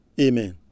Amen